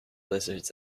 lizards